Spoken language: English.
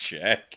check